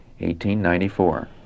1894